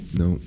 no